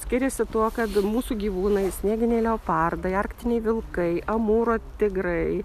skiriasi tuo kad mūsų gyvūnai snieginiai leopardai arktiniai vilkai amūro tigrai